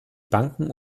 banken